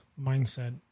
mindset